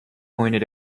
pointed